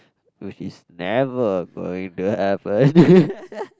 which is never going to happen